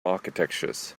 architectures